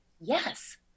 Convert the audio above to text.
Yes